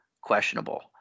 questionable